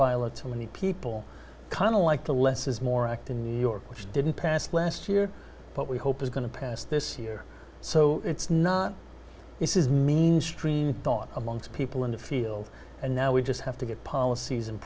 violent too many people kind of like the less is more act in new york which didn't pass last year but we hope is going to pass this year so it's not this is mainstream thought amongst people in the field and now we just have to get policies and